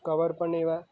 cover પણ એવા